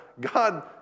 God